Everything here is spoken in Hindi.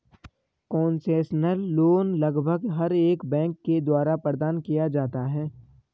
कोन्सेसनल लोन लगभग हर एक बैंक के द्वारा प्रदान किया जाता है